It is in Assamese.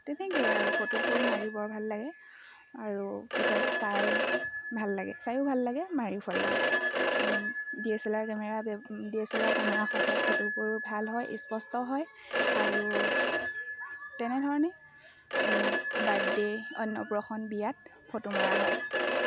তেনেকে আৰু ফটোবোৰ মাৰিবৰ ভাল লাগে আৰু পিছত চাই ভাল লাগে চাইো ভাল লাগে মাৰিও ভাল লাগে D S L R camera D S L R camera সহায়ত ফটোবোৰ ভাল হয় স্পষ্ট হয় আৰু তেনেধৰণে বাৰ্থডে অন্যপ্ৰসন বিয়াত ফটো মৰা হয়